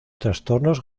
trastornos